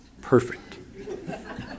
perfect